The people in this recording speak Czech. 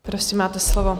Prosím, máte slovo.